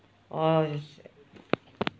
oh it's